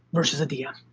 versus a dm.